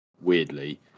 weirdly